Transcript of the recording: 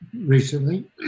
recently